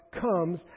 comes